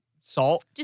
salt